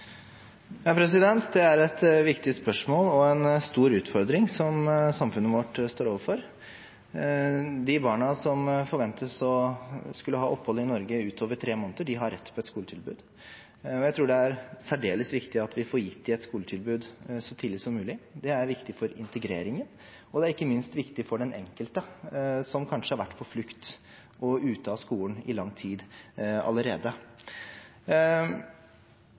Det er et viktig spørsmål og en stor utfordring som samfunnet vårt står overfor. De barna som forventes å skulle ha opphold i Norge utover tre måneder, har rett på et skoletilbud. Jeg tror det er særdeles viktig at vi får gitt dem et skoletilbud så tidlig som mulig. Det er viktig for integreringen, og det er ikke minst viktig for den enkelte, som kanskje har vært på flukt og ute av skolen i lang tid allerede.